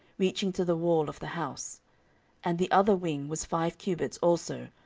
reaching to the wall of the house and the other wing was five cubits also,